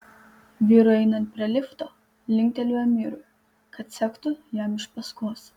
vyrui einant prie lifto linkteliu amirui kad sektų jam iš paskos